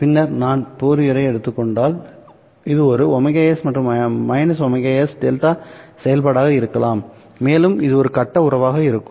பின்னர் நான் ஃபோரியரை எடுத்துக் கொண்டால்இது ஒரு ωs அல்லது ωs டெல்டா செயல்பாடாக இருக்கலாம்மேலும் இது ஒரு கட்ட உறவாக இருக்கும்